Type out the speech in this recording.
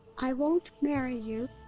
i won't marry you,